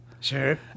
sure